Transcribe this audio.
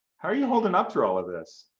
how are you holding up through all of this?